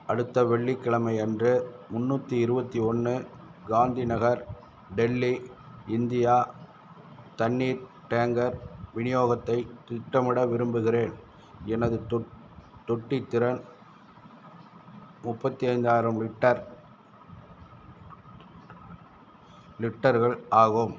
அடுத்த வெள்ளிக்கிழமை அன்று முந்நூற்றி இருபத்தி ஒன்று காந்தி நகர் டெல்லி இந்தியா தண்ணீர் டேங்கர் விநியோகத்தை திட்டமிட விரும்புகிறேன் எனது தொட் தொட்டித்திறன் முப்பத்தி ஐந்தாயிரம் லிட்டர் லிட்டர்கள் ஆகும்